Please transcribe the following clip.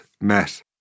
met